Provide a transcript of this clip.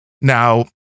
Now